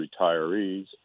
retirees